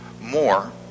more